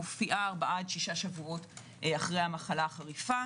מופיעה ארבעה עד שישה שבועות אחרי המחלה החריפה,